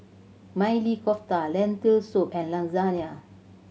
Maili Kofta Lentil Soup and Lasagna